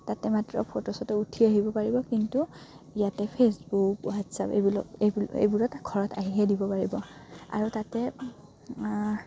তাতে মাত্ৰ ফটো চটো উঠি আহিব পাৰিব কিন্তু ইয়াতে ফে'চবুক হোৱাটছএপ এইবাক এইব এইবোৰত ঘৰত আহিহে দিব পাৰিব আৰু তাতে